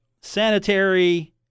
sanitary